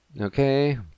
Okay